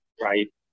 right